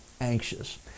anxious